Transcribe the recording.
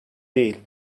değil